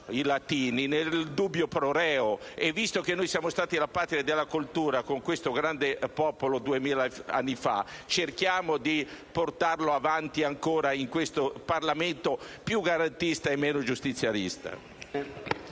*in dubio pro reo*. Visto che siamo stati la Patria della cultura con questo grande popolo duemila anni fa, cerchiamo di portarla avanti in questo Parlamento più garantista e meno giustizialista.